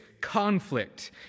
conflict